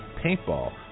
paintball